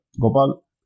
Gopal